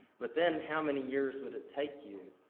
but then, how many years would it take you?